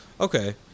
Okay